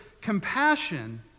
compassion